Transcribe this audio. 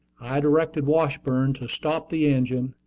i directed washburn to stop the engine,